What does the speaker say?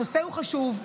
הנושא הוא חשוב.